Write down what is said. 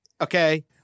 Okay